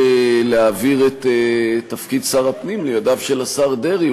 להעביר את תפקיד שר הפנים לידיו של השר דרעי,